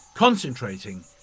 Concentrating